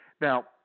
Now